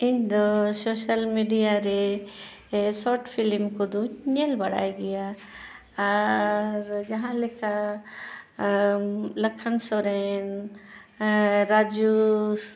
ᱤᱧ ᱫᱚ social media ᱨᱮ ᱥᱳᱨᱴ ᱯᱷᱤᱞᱤᱢ ᱠᱚᱫᱚᱧ ᱧᱮᱞ ᱵᱟᱲᱟᱭ ᱜᱮᱭᱟ ᱟᱨ ᱡᱟᱦᱟᱸ ᱞᱮᱠᱟ ᱞᱟᱠᱷᱟᱱ ᱥᱚᱨᱮᱱ ᱨᱟᱡᱩ